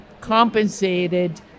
compensated